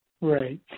Right